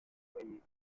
foyer